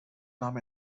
nahm